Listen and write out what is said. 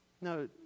No